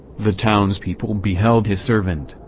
the townspeople beheld his servant,